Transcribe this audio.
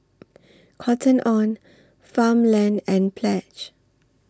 Cotton on Farmland and Pledge